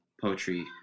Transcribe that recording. Poetry